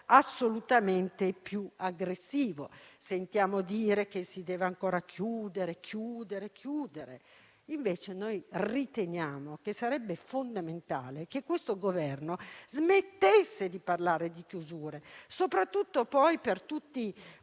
assolutamente più aggressivo. Sentiamo dire che si deve ancora chiudere, chiudere e chiudere. Invece noi riteniamo che sarebbe fondamentale che questo Governo smettesse di parlare di chiusure, soprattutto per tutte